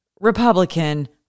Republican